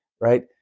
right